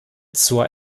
zur